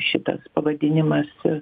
šitas pavadinimas